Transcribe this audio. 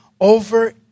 over